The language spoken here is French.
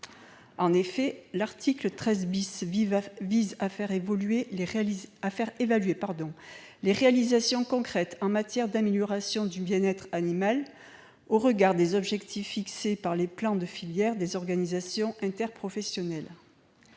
En effet, l'article 13 prévoit de faire évaluer les réalisations concrètes en matière d'amélioration du bien-être animal au regard des objectifs fixés par les plans de filière des organisations interprofessionnelles.